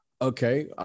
Okay